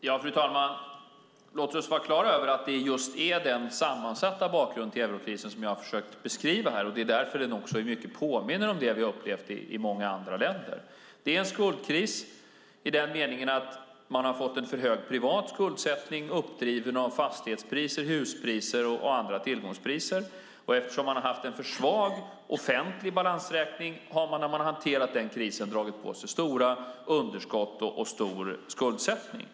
Fru talman! Låt oss vara klara över att det är den sammansatta bakgrunden till eurokrisen som jag har försökt beskriva. Den påminner om det vi har upplevt i många andra länder. Det är en skuldkris i den meningen att man har fått en för hög privat skuldsättning uppdriven av fastighetspriser, huspriser och andra tillgångspriser. Eftersom man har haft en för svag offentlig balansräkning har man, när man har hanterat den krisen, dragit på sig stora underskott och stor skuldsättning.